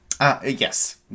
Yes